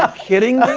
um kidding